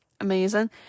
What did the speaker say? amazing